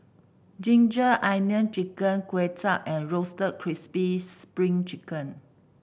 ginger onion chicken Kuay Chap and Roasted Crispy Spring Chicken